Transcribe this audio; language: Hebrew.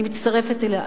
אני מצטרפת אליה,